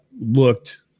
looked